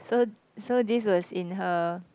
so so this was in her